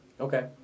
Okay